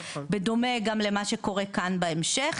בדומה גם למה שקורה כאן בהמשך,